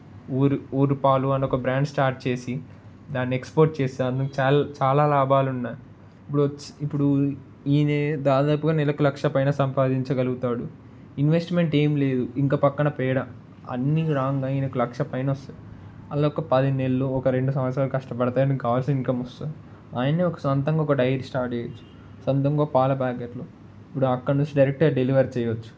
ఊరు ఊరు పాలు అని ఒక బ్రాండ్ స్టార్ట్ చేసి దాన్ని ఎక్స్పోర్ట్ చేస్తే దాన్నుంచి చాల్ చాలా లాభాలు ఉన్నాయి ఇప్పుడు ఇప్పుడు ఈయనే దాదాపుగా నెలకు లక్ష పైన సంపాదించగలుగుతాడు ఇన్వెస్ట్మెంట్ ఏం లేదు ఇంకా పక్కన పేడ అన్ని రాగా అయ్యి ఈయనకు లక్ష పైన వస్తుంది అలా ఒక పది నెలలు ఒక రెండు సంవత్సరాలు కష్టపడితే అతనికి కావాల్సిన ఇన్కమ్ వస్తుంది ఆయనే ఒక సొంతంగా ఒక డైరీ స్టార్ట్ చేయొచ్చు సొంతంగా పాల ప్యాకెట్లు ఇప్పుడు అక్కడినుంచి డైరెక్ట్గా డెలివరీ చేయొచ్చు